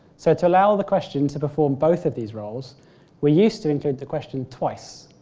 so to allow the question to perform both of these roles we used to include the question twice,